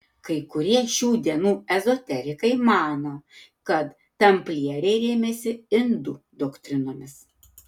kai kurie šių dienų ezoterikai mano kad tamplieriai rėmėsi indų doktrinomis